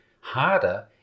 harder